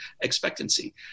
expectancy